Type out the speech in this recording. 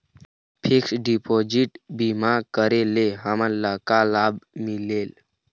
Fix deposit बीमा करे ले हमनला का लाभ मिलेल?